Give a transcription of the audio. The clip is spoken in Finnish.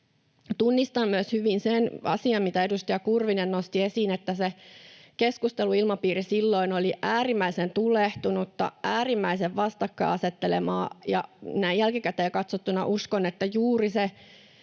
Tunnistan myös hyvin sen asian, mitä edustaja Kurvinen nosti esiin, että se keskusteluilmapiiri silloin oli äärimmäisen tulehtunutta, äärimmäisen vastakkainasettelevaa. Näin jälkikäteen katsottuna uskon, että juuri ne